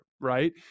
right